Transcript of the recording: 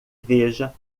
veja